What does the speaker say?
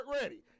ready